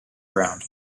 ground